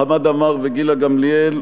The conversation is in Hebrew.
חמד עמאר וגילה גמליאל.